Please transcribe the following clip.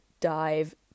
dive